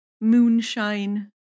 moonshine